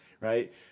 Right